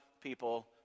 people